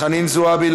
חנין זועבי,